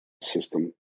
system